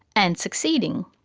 and succeeding.